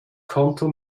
konto